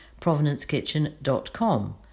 ProvenanceKitchen.com